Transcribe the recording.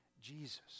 Jesus